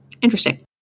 interesting